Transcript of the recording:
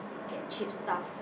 get cheap stuff